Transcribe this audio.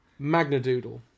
Magnadoodle